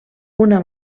una